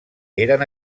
eren